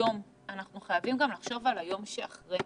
היום אלא אנחנו חייבים גם לחשוב על היום שאחרי.